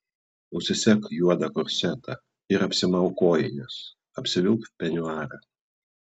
užsisek juodą korsetą ir apsimauk kojines apsivilk peniuarą